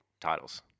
titles